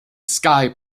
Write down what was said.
sky